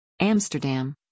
Amsterdam